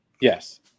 Yes